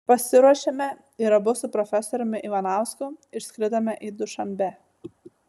pasiruošėme ir abu su profesoriumi ivanausku išskridome į dušanbę